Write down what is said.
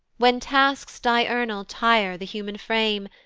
when tasks diurnal tire the human frame,